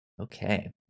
okay